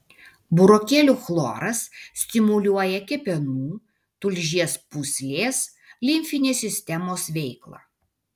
burokėlių chloras stimuliuoja kepenų tulžies pūslės limfinės sistemos veiklą